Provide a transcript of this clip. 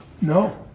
No